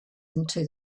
into